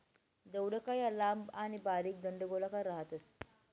दौडका या लांब आणि बारीक दंडगोलाकार राहतस